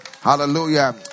Hallelujah